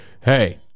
hey